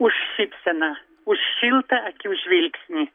už šypseną už šiltą akių žvilgsnį